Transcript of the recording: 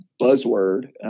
buzzword